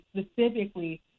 specifically